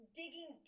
digging